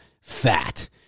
fat